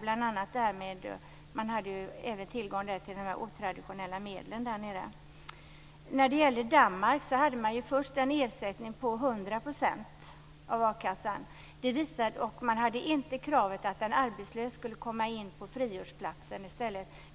Bl.a. hade man tillgång till otraditionella medel där nere. I Danmark var det först en ersättning med 100 % av a-kassan. Man hade inte kravet att en arbetslös i stället skulle komma in på friårsplatsen.